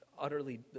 utterly